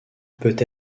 peut